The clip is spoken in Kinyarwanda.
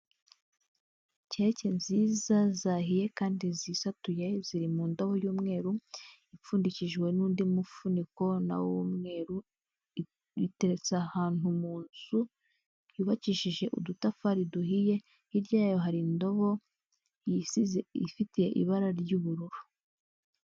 Keke nziza zahiye kandi zisatuye ziri mu ndobo y'umweru ipfundikishijwe n'undi mufuniko nawo w'umweru uteretse ahantu mu nzu yubakishije udutafari duhiye, hirya yayo hari indobo isize ifite ibara ry'ubururu.